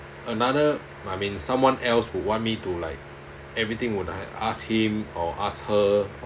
another I mean someone else who want me to like everything when I ask him or ask her